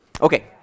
Okay